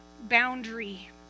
boundary